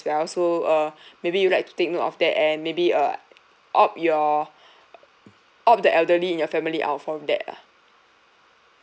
well so uh maybe you'd like to take note of that and maybe uh opt your opt the elderly in your family out from that lah